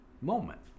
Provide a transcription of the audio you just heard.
moment